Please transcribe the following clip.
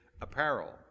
apparel